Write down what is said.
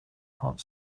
hot